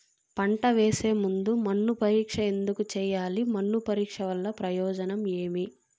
పంట వేసే ముందు మన్ను పరీక్ష ఎందుకు చేయాలి? మన్ను పరీక్ష వల్ల ప్రయోజనం ఏమి?